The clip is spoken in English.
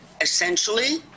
essentially